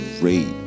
rape